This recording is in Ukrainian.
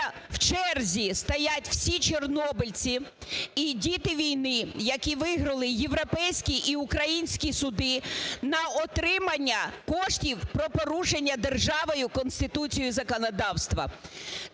в черзі стоять всі чорнобильці і діти війни, які виграли європейські і українські суди на отримання коштів, про порушення державою Конституцію і законодавства.